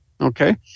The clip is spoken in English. okay